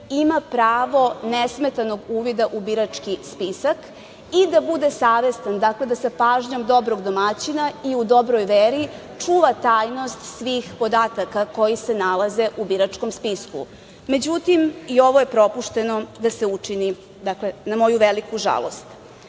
ima pravo nesmetanog uvida u birački spisak i da bude savestan, dakle da sa pažnjom dobrog domaćina i u dobroj veri čuva tajnost svih podataka koji se nalaze u biračkom spisku. Međutim, i ovo je propušteno da se učini, na moju veliku žalost. Tokom